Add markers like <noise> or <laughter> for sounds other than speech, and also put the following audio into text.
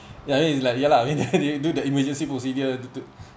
ya I mean is like ya lah I mean <laughs> that you do the emergency procedure to do